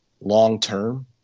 long-term